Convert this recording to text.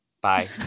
Bye